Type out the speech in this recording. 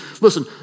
Listen